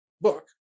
book